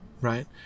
right